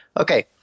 Okay